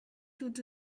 tous